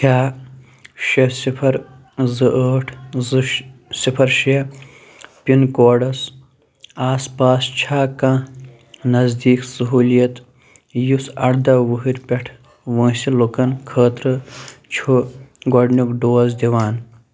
کیٛاہ شےٚ صِفر زٕ ٲٹھ زٕ شہِ صِفر شےٚ پِن کوڈس آس پاس چھےٚ کانٛہہ نزدیٖک سہوٗلِیَت یُس اَرداہ وٕہٕرۍ پٮ۪ٹھ وٲنٛسہِ لُکَن خٲطرٕ چھُ گۄڈٕنیُک ڈوز دِوان